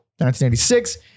1986